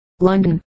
London